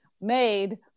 made